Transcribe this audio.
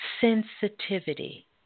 sensitivity